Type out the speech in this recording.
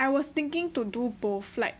I was thinking to do both like